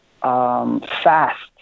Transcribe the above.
fast